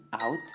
out